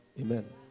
Amen